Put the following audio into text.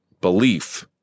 belief